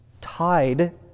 tied